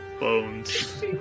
Bones